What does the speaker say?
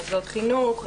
מוסדות חינוך,